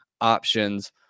options